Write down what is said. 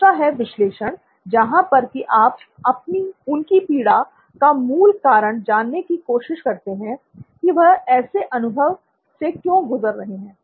दूसरा है विश्लेषण जहां पर कि आप उनकी पीड़ा का मूल कारण जानने की कोशिश करते हैं कि वह ऐसे अनुभव से क्यों गुजर रहे है